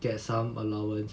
get some allowance